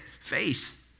face